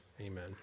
amen